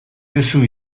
duzu